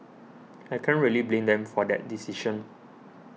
I can't really blame them for that decision